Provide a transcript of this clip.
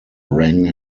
rang